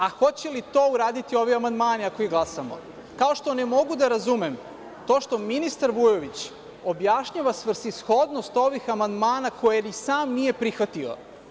Ali, hoće li to uraditi ovi amandmani ako ih glasamo, kao što ne mogu da razumem to što ministar Vujović objašnjava svrsishodnost ovih amandmana koje ni sam nije prihvatio.